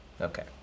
Okay